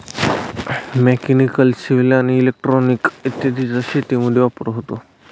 mechanical, civil आणि electrical इत्यादींचा शेतीमध्ये वापर होत आहे